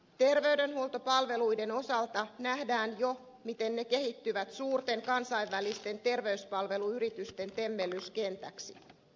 terveydenhuoltopalveluiden osalta nähdään jo miten ne kehittyvät suurten kansainvälisten terveyspalveluyritysten temmellyskentäksi